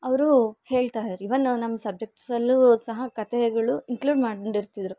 ಅವರು ಹೇಳ್ತಾರೆ ಇವನ್ ನಮ್ಮ ಸಬ್ಜೆಕ್ಟ್ಸಲ್ಲೂ ಸಹ ಕತೆಗಳು ಇನ್ಕ್ಲುಡ್ ಮಾಡಿ ಇರ್ತಿದ್ರು